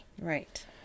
Right